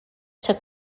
took